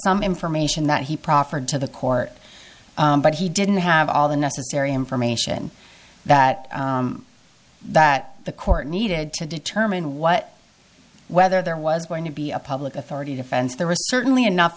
some information that he proffered to the court but he didn't have all the necessary information that that the court needed to determine what whether there was going to be a public authority defense there was certainly enough